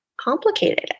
complicated